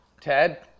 ted